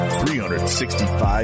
365